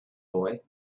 boy